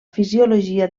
fisiologia